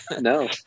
no